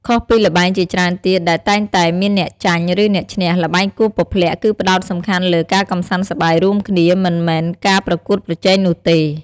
ខុសពីល្បែងជាច្រើនទៀតដែលតែងតែមានអ្នកចាញ់ ឬអ្នកឈ្នះ ល្បែងគោះពព្លាក់គឺផ្តោតសំខាន់លើ ការកម្សាន្តសប្បាយរួមគ្នា មិនមែនការប្រកួតប្រជែងនោះទេ។